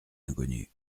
inconnus